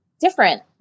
different